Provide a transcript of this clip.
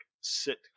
sit